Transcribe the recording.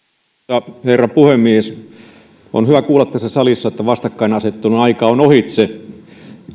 arvoisa herra puhemies on hyvä kuulla tässä salissa että vastakkainasettelun aika on ohitse